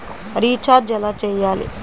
Recharge ఎలా చెయ్యాలి?